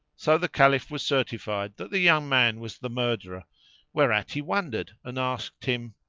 so the caliph was certified that the young man was the murderer whereat he wondered and asked him,